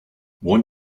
want